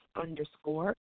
underscore